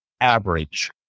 average